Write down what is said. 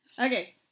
Okay